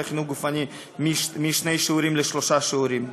החינוך הגופני משני שיעורים לשלושה שיעורים.